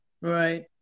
Right